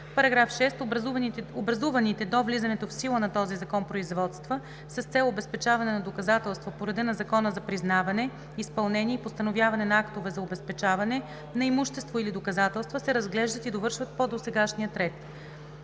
§ 6: „§ 6. Образуваните до влизането в сила на този закон производства с цел обезпечаване на доказателства по реда на Закона за признаване, изпълнение и постановяване на актове за обезпечаване на имущество или доказателства, се разглеждат и довършват по досегашния ред.“